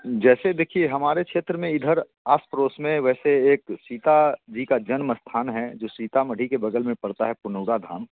जैसे देखिए हमारे क्षेत्र में इधर आस पड़ोस में वैसे एक सीता जी का जन्म स्थान है जो सीतामढ़ी के बग़ल में पड़ता है कुनौरा धाम